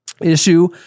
issue